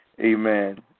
amen